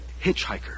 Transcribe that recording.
hitchhiker